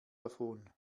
davon